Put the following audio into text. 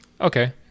Okay